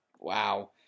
Wow